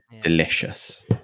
delicious